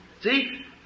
See